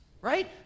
right